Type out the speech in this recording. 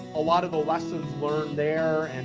a lot of the lessons learned there. and